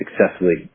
successfully